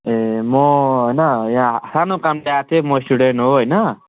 ए म होइन यहाँ सानो कामले आएको थिएँँ म स्टुडेन्ट हो होइन